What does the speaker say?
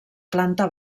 planta